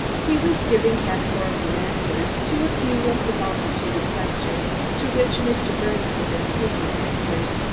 he was giving categorical answers to a few of the multitude of questions to which mr. birnes had been seeking answers.